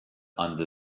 under